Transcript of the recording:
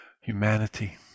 humanity